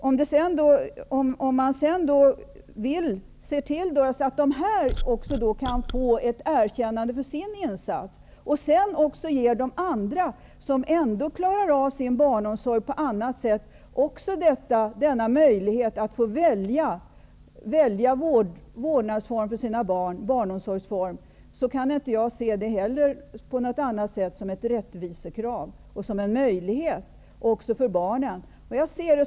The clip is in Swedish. Om man då vill se till att dessa människor kan få ett erkännande av sin insats, och också ge de andra som ändå klarar av sin barnomsorg på annat sätt denna möjlighet att få välja barnomsorgsform för sina barn, kan jag inte se det på annat sätt än som ett rättvisekrav och en möjlighet även för barnen.